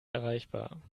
erreichbar